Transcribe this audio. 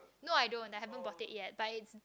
no I don't I haven't bought it yet but it